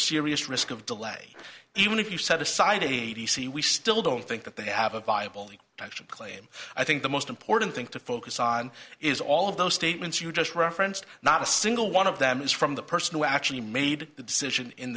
serious risk of delay even if you set aside eighty see we still don't think that they have a viable option claim i think the most important thing to focus on is all of those statements you just referenced not a single one of them is from the person who actually made the decision in